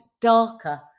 darker